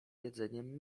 jedzeniem